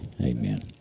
Amen